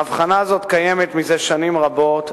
ההבחנה הזאת קיימת מזה שנים רבות,